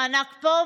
מענק פה,